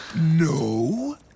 No